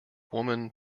woman